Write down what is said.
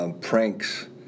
Pranks